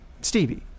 Stevie